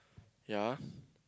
ya